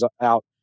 out